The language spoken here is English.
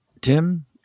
Tim